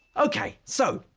okay, so,